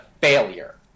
failure